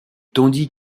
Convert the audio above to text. tandis